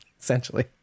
essentially